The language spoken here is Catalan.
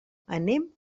anem